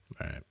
Right